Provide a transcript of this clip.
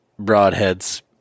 broadheads